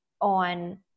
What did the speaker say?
on